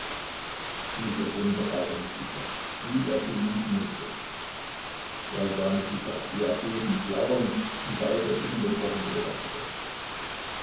dieser wunderbare mikita wie er sie lieben mußte er sah mikita wie er bebend lauernd sie beide ununterbrochen beobachtete